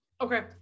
Okay